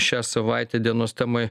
šią savaitę dienos temoj